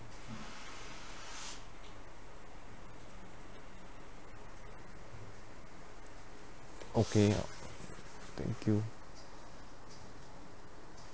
okay ya thank you